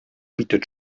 bietet